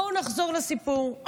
בואו נחזור לסיפור,